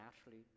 naturally